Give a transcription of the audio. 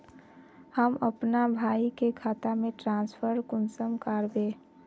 हम अपना भाई के खाता में ट्रांसफर कुंसम कारबे?